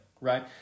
right